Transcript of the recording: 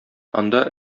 анда